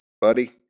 Buddy